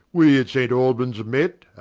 we at s aint. albons met,